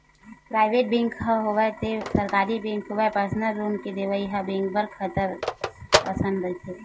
private bank होवय ते सरकारी बेंक होवय परसनल लोन के देवइ ह बेंक बर खतरच असन रहिथे